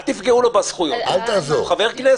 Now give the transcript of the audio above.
אל תפגעו לו בזכויות, הוא חבר כנסת.